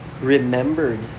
remembered